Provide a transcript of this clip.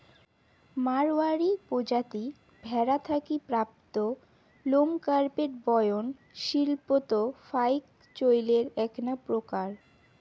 মাড়ওয়ারী প্রজাতি ভ্যাড়া থাকি প্রাপ্ত লোম কার্পেট বয়ন শিল্পত ফাইক চইলের এ্যাকনা প্রকার